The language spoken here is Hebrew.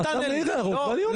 אתה מעיר הערות ואני עונה לך.